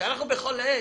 שבכל עת,